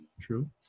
true